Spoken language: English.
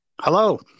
Hello